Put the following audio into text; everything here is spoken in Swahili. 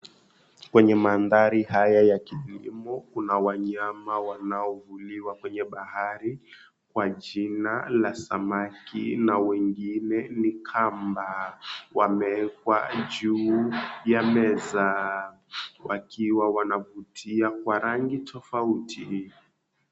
Kwenye mandhari haya ya kilimo kuna wanyama wanaovuliwa kwenye bahari kwa jina la samaki na wengine ni kamba, wamewekwa juu ya meza wakiwa wanavutia kwa rangi tofauti.